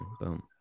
boom